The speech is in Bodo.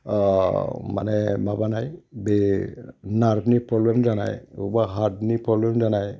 माने माबानाय बे नार्भनि प्र'ब्लेम जानाय बबेबा हार्तनि प्रब्लेम जानाय